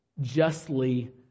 justly